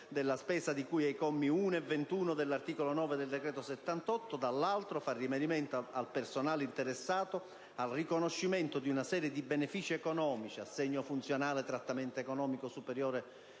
della spesa di cui ai commi 1 e 21 dell'articolo 9 del decreto-legge n. 78; dall'altro lato, fa riferimento al personale interessato al riconoscimento di una serie di benefici economici (assegno funzionale; trattamento economico superiore